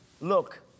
look